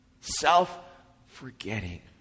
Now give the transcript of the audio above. Self-forgetting